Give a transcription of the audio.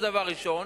זה דבר ראשון.